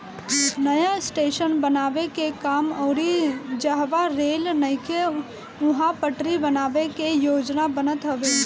नया स्टेशन बनावे के काम अउरी जहवा रेल नइखे उहा पटरी बनावे के योजना बनत हवे